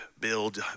build